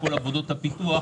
כל עבודות הפיתוח,